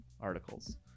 articles